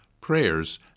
prayers